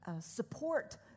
support